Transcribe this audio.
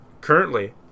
currently